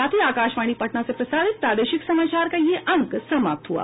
इसके साथ ही आकाशवाणी पटना से प्रसारित प्रादेशिक समाचार का ये अंक समाप्त हुआ